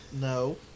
No